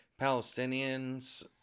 Palestinians